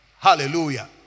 Hallelujah